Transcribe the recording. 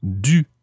du